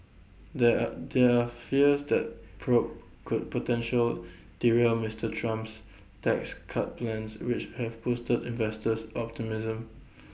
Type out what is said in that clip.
there are there are fears that probe could potentially derail Mister Trump's tax cut plans which have boosted investors optimism